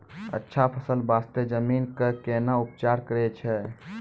अच्छा फसल बास्ते जमीन कऽ कै ना उपचार करैय छै